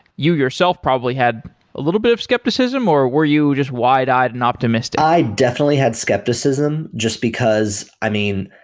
you yourself probably had a little bit of skepticism or were you just wide-eyed and optimistic? i definitely had skepticism just because i mean,